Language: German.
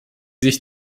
sich